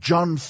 John